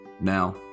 Now